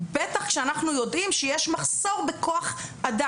בטח כשאנחנו יודעים שיש מחסור בכוח-אדם,